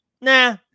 nah